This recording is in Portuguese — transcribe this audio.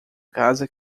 casa